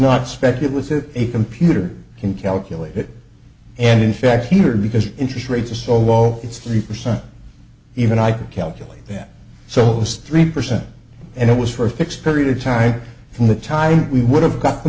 not speculative a computer can calculate it and in fact here because interest rates are so low it's three percent even i can calculate that so it's three percent and it was for a fixed period of time from the time we would have got the